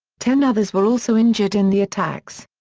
ten others were also injured in the attacks.